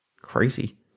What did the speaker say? Crazy